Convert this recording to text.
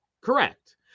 Correct